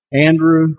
Andrew